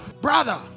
Brother